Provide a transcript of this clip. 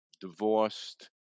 divorced